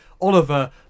Oliver